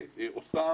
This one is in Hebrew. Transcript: ועושה